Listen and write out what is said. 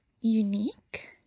unique